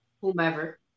whomever